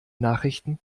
nachrichten